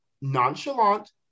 nonchalant